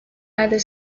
either